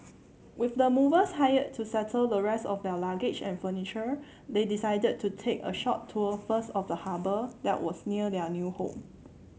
with the movers hired to settle the rest of their luggage and furniture they decided to take a short tour first of the harbour that was near their new home